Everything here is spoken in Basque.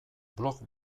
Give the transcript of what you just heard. blog